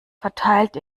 verteilt